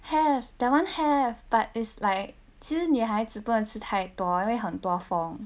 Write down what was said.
have that [one] have but is like 其实女孩子不能吃太多因为很多风